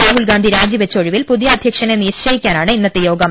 രാഹുൽഗാന്ധി രാജിവെച്ച ഒഴിവിൽ പുതിയ അധ്യ ക്ഷനെ നിശ്ചയിക്കാനാണ് ഇന്നത്തെ യോഗം